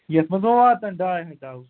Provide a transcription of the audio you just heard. یَتھ منٛز ما واتن ڈاے ہتھ ڈَبہٕ